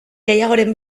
gehiagoren